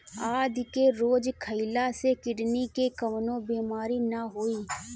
आदि के रोज खइला से किडनी के कवनो बीमारी ना होई